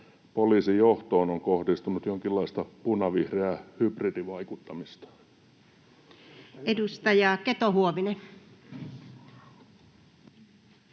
poliisijohtoon on kohdistunut jonkinlaista punavihreää hybridivaikuttamista? [Speech 118] Speaker: